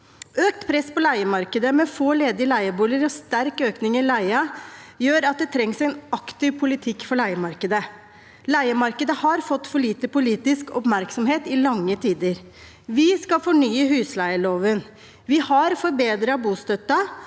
Økt press på leiemarkedet, med få ledige leieboliger og sterk økning i leien, gjør at det trengs en aktiv politikk for leiemarkedet. Leiemarkedet har fått for lite politisk oppmerksomhet i lange tider. Vi skal fornye husleieloven. Vi har forbedret bostøtten,